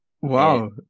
wow